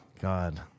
God